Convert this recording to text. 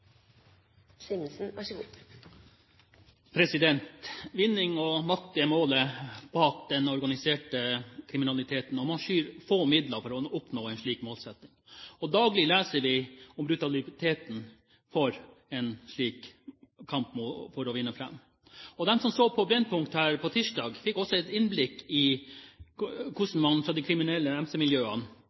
man skyr få midler for å oppnå en slik målsetting. Daglig leser vi om brutaliteten i en slik kamp for å vinne fram. Den som så på Brennpunkt på tirsdag, fikk også et innblikk i hvordan man fra de kriminelle